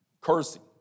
cursing